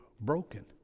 broken